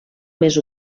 més